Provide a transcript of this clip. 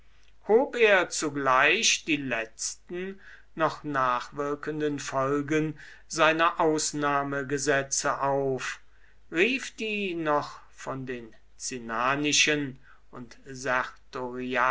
hob er zugleich die letzten noch nachwirkenden folgen seiner ausnahmegesetze auf rief die noch von den cinnanischen und